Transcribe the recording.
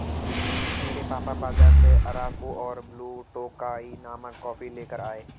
मेरे पापा बाजार से अराकु और ब्लू टोकाई नामक कॉफी लेकर आए